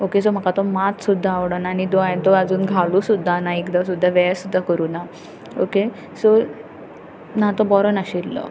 okay म्हाका तो मात सुद्दां आवडूंक ना दो हांवें तो घालूंक सुद्दां ना एकदां सुद्दां वॅर सुद्दां करूंक ना ओके सो ना तो बरो नाशिल्लो